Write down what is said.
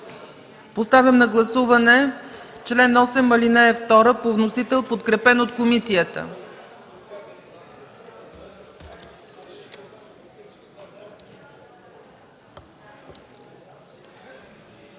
Поставям на гласуване чл. 8, ал. 2 по вносител, подкрепена от комисията.